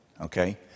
Okay